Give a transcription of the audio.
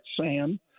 Sam